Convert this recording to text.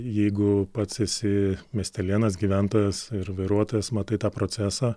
jeigu pats esi miestelėnas gyventojas ir vairuotojas matai tą procesą